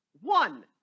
One